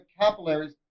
capillaries